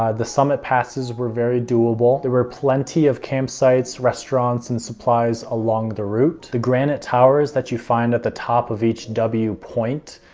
ah the summit passes were very doable. there were plenty of campsites, restaurants and supplies along the route. the granite towers that you find at the top of each w point,